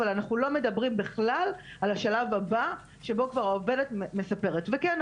אבל אנחנו לא מדברים בכלל על השלב הבא שבו כבר העובדת מספרת" וכן,